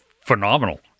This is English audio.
phenomenal